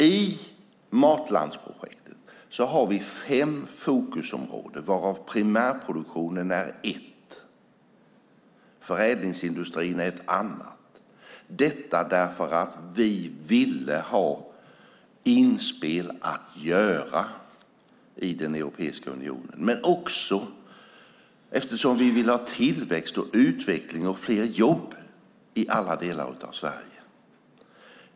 I matlandsprojektet har vi fem fokusområden, varav primärproduktionen är ett och förädlingsindustrin är ett annat, detta därför att vi ville ha inspel att göra i Europeiska unionen, men också eftersom vi vill ha tillväxt, utveckling och fler jobb i alla delar av Sverige.